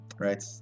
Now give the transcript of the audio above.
Right